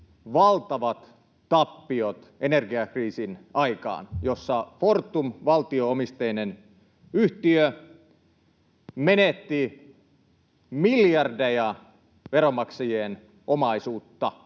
valtavat tappiot energiakriisin aikaan, jossa Fortum, valtio-omisteinen yhtiö, menetti miljardeja veronmaksajien omaisuutta.